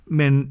men